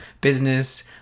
business